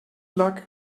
luck